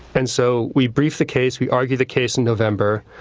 and so we brief the case. we argue the case in november.